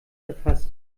erfasst